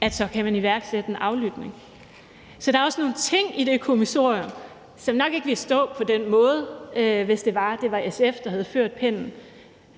at man kan iværksætte en aflytning. Så der er også nogle ting i det kommissorium, som nok ikke ville stå der på den måde, hvis det var SF, der havde ført pennen.